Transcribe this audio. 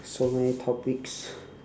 so many topics